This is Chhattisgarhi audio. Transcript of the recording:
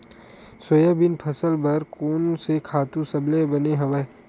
सोयाबीन फसल बर कोन से खातु सबले बने हवय?